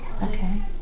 Okay